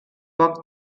poc